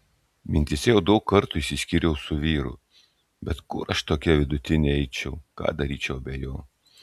mintyse jau daug kartų išsiskyriau su vyru bet kur aš tokia vidutinė eičiau ką daryčiau be jo